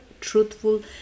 truthful